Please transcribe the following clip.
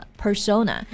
persona